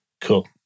Cool